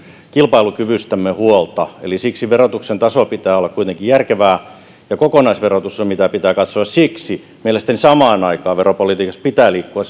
kilpailukyvystämme huolta eli siksi verotuksen tason pitää olla kuitenkin järkevää ja kokonaisverotus on se mitä pitää katsoa siksi mielestäni samaan aikaan veropolitiikassa pitää liikkua